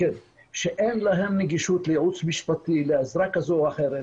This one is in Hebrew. אין להם נגישות לייעוץ משפטי ולעזרה כזאת או אחרת.